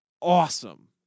awesome